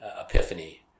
epiphany